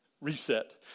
reset